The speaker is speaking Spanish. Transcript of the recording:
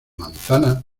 manzana